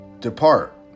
Depart